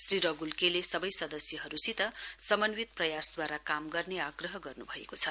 श्री रघुल के ले सबै सदस्यहरूसित समन्वित प्रयासद्वारा काम गर्ने आग्रह गर्नुभएको छ